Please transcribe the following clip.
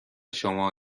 شما